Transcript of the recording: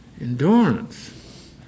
Endurance